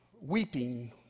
Weeping